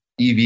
EV